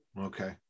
Okay